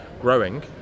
growing